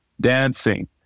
dancing